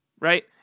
right